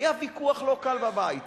היה ויכוח לא קל בבית, האם לסרס אותו.